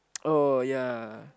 oh ya